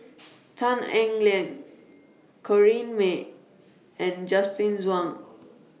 Tan Eng Liang Corrinne May and Justin Zhuang